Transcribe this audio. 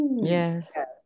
yes